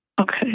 Okay